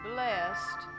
Blessed